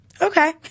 Okay